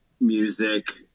music